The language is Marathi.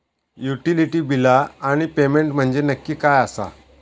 युटिलिटी बिला आणि पेमेंट म्हंजे नक्की काय आसा?